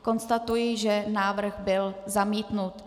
Konstatuji, že návrh byl zamítnut.